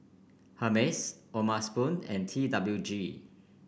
Hermes O'ma Spoon and T W G